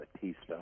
Batista